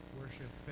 worship